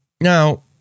Now